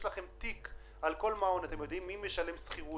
יש לכם תיק על כל מעון אתם יודעים מי משלם שכירות,